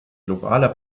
globaler